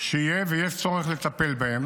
ויש צורך לטפל בו,